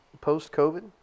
post-COVID